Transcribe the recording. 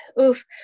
Oof